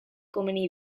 komeni